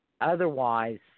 otherwise